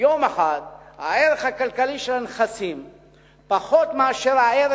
יום אחד הערך הכלכלי של הנכסים נמוך מהערך